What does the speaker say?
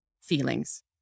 feelings